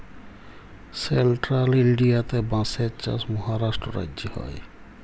central ইলডিয়াতে বাঁশের চাষ মহারাষ্ট্র রাজ্যে হ্যয়